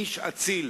איש אציל